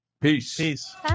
Peace